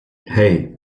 hey